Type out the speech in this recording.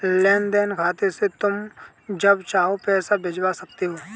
लेन देन खाते से तुम जब चाहो पैसा भिजवा सकते हो